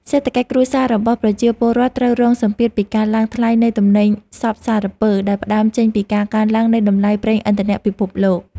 សេដ្ឋកិច្ចគ្រួសាររបស់ប្រជាពលរដ្ឋត្រូវរងសម្ពាធពីការឡើងថ្លៃនៃទំនិញសព្វសារពើដែលផ្តើមចេញពីការកើនឡើងនៃតម្លៃប្រេងឥន្ធនៈពិភពលោក។